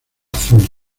zona